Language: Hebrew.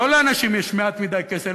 לא שלאנשים יש מעט מדי כסף,